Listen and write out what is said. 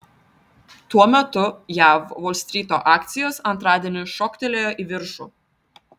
tuo metu jav volstryto akcijos antradienį šoktelėjo į viršų